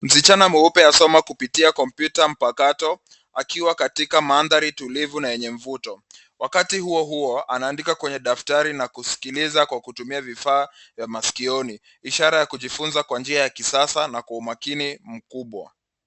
Msichana mweupe anasoma kutumia kompyuta mpakato akiwa katika maandhari mtulivu na yenye mvuto. Wakati huo huo anaandika kwenye daftari na kusikiliza kwa kutumia vifaa vya maskioni. Ishara ya kujifunza kwa njia ya kisasa na kwa umakini mkubwa.